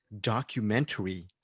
documentary